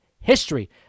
history